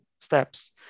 steps